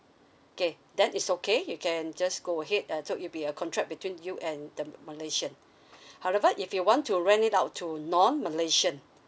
okay then it's okay you can just go ahead uh so it'll be a contract between you and the malaysian however if you want to rent it out to non malaysian